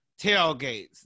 tailgates